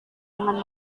dengan